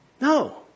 No